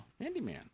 Handyman